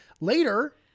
later